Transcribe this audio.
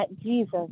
Jesus